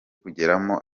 kugeramo